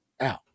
out